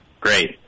great